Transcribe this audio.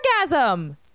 orgasm